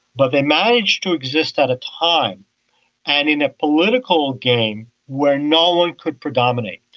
but they managed to exist at a time and in a political game where no one could predominate.